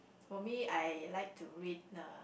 for me I like to read uh